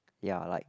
ya like